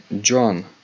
John